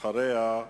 אחריה,